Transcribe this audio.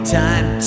time